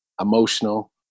emotional